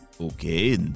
Okay